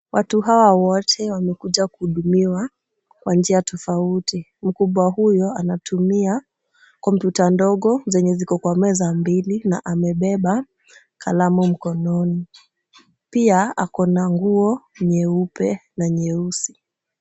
Watu hawa wote wamekuja kuhudumiwa kwa njia tofauti. Mkubwa huyo anatumia kompyuta ndogo zenye ziko kwa meza mbili na amebeba kalamu mkononi. Pia kuna nguo nyeupe na nyeusi.